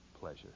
pleasure